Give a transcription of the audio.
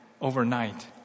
overnight